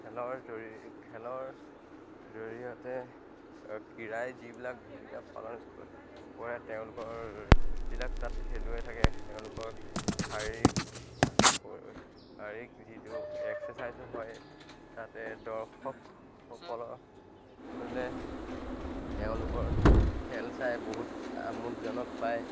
খেলৰ জৰি খেলৰ জৰিয়তে ক্ৰীড়াই যিবিলাক ভূমিকা পালন কৰে তেওঁলোকৰ যিবিলাক তাত খেলুৱৈ থাকে তেওঁলোকৰ শাৰীৰিক শাৰীৰিক যিটো এক্সেৰছাইজো হয় তাতে দৰ্শকসকলৰ লে তেওঁলোকৰ খেল চাই বহুত আমোদজনক পায়